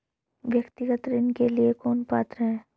व्यक्तिगत ऋण के लिए कौन पात्र है?